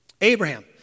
Abraham